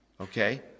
Okay